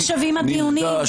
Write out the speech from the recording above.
מה שווים הדיונים?